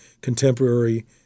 contemporary